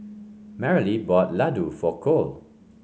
Marilee bought Ladoo for Cole